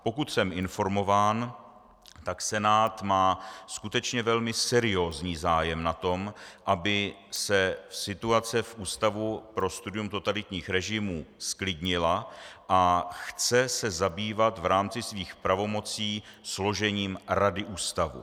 Pokud jsem informován, tak Senát má skutečně velmi seriózní zájem na tom, aby se situace v Ústavu pro studium totalitních režimů zklidnila, a chce se zabývat v rámci svých pravomocí složením rady ústavu.